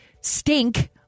stink